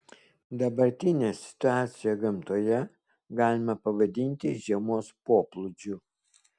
dabartinę situaciją gamtoje galima pavadinti žiemos poplūdžiu